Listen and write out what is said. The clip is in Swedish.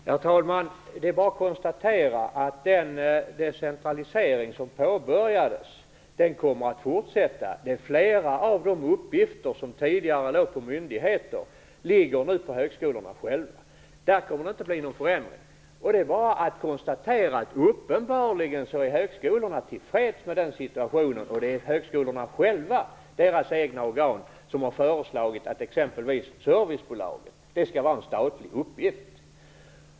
Herr talman! Det är bara att konstatera att den decentralisering som påbörjades kommer att fortsätta. Flera av de uppgifter som tidigare låg på myndigheter ligger nu på högskolorna själva. På den punkten kommer det inte att bli någon förändring. Det är bara att konstatera att högskolorna uppenbarligen är tillfreds med den situationen, och det är högskolornas egna organ som har föreslagit att exempelvis servicebolaget skall vara en statlig uppgift.